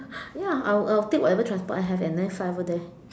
ya I will I will take whatever transport I have and then I will fly over there